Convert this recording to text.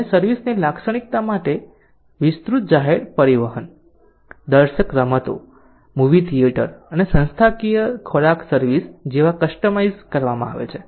અને સર્વિસ ની લાક્ષણિકતા માટે વિસ્તૃત જાહેર પરિવહન દર્શક રમતો મૂવી થિયેટર અને સંસ્થાકીય ખોરાક સર્વિસ જેવા કસ્ટમાઇઝ કરવામાં આવે છે